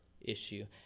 issue